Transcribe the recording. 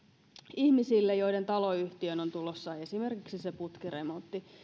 ihmisille joiden taloyhtiöön on tulossa esimerkiksi se putkiremontti ja niin